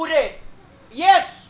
Yes